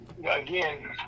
Again